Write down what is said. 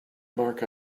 mark